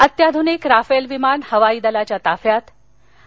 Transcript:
अत्याधुनिक राफेल विमान हवाईदलाच्या ताफ्यात आणि